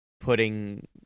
putting